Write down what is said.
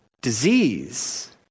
disease